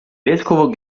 vescovo